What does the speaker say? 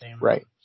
Right